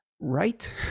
Right